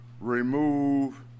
remove